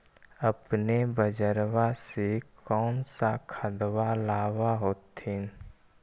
अपने बजरबा से कौन सा खदबा लाब होत्थिन?